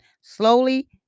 slowly